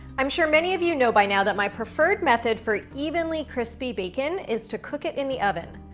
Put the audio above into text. i'm sure many of you know by now that my preferred method for evenly crispy bacon is to cook it in the oven.